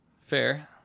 Fair